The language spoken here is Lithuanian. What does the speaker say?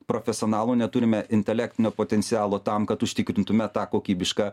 profesionalų neturime intelektinio potencialo tam kad užtikrintume tą kokybišką